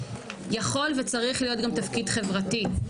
יכול וצריך להיות גם תפקיד חברתי.